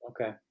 Okay